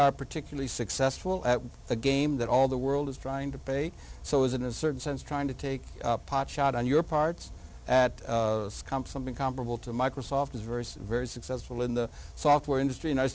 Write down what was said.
are particularly successful at a game that all the world is trying to pay so is in a certain sense trying to take pot shot on your parts at comp something comparable to microsoft is very very successful in the software industry